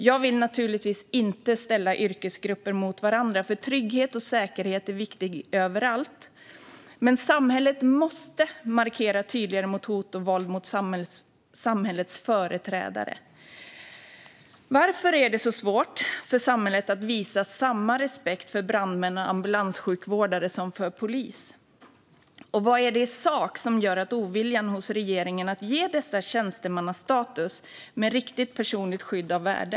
Jag vill naturligtvis inte ställa yrkesgrupper mot varandra, för trygghet och säkerhet är viktigt överallt. Men samhället måste markera tydligare mot hot och våld mot samhällets företrädare. Varför är det så svårt för samhället att visa samma respekt för brandmän och ambulanssjukvårdare som för polis? Vad är det i sak som gör att regeringen verkar ha en ovilja mot att ge dessa tjänstemannastatus med riktigt personligt skydd av värde?